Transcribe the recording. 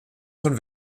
von